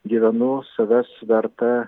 gyvenu savęs vertą